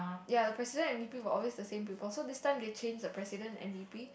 ya the president and v_p were always the same people so this time they change the president and v_p